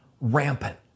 rampant